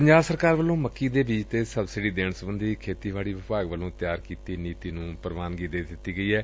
ਪੰਜਾਬ ਸਰਕਾਰ ਵੱਲੋ ਮੱਕੀ ਦੇ ਬੀਜ ਤੇ ਸਬਸਿਡੀ ਦੇਣ ਸਬੰਧੀ ਖੇਤੀ ਵਿਭਾਗ ਵੱਲੋ ਤਿਆਰ ਕੀਤੀ ਨੀਤੀ ਨੂੰ ਪੁਵਾਨਗੀ ਦੇ ਦਿੱਤੀ ਏ